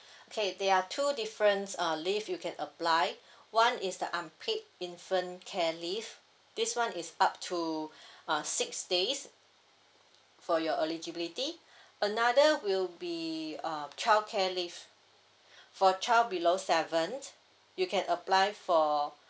okay there are two different uh leave you can apply one is the unpaid infant care leave this one is up to uh six days for your eligibility another will be uh childcare leave for child below seven you can apply for